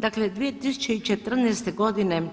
Dakle, 2014.g.